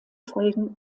folgen